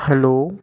hello